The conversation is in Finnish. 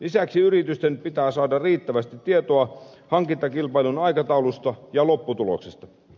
lisäksi yritysten pitää saada riittävästi tietoa hankintakilpailun aikataulusta ja lopputuloksesta